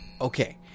Okay